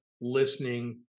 listening